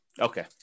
Okay